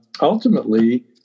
ultimately